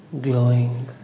glowing